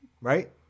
Right